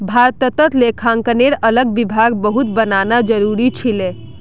भारतत लेखांकनेर अलग विभाग बहुत बनाना जरूरी छिले